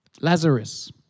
Lazarus